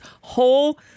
whole